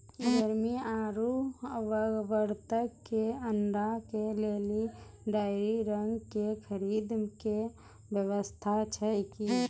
मुर्गी आरु बत्तक के अंडा के लेली डेयरी रंग के खरीद के व्यवस्था छै कि?